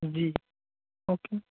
जी okay